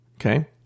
Okay